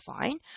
fine